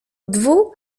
dwu